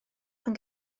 pan